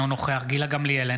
אינו נוכח גילה גמליאל,